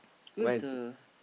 where's the